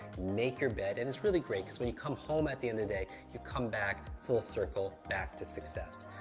make your bed. and it's really great, because when you come home at the end of the day, you come back full circle back to success.